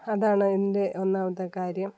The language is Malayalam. അതാണ് എൻ്റെ ഒന്നാമത്തെ കാര്യം